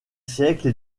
siècle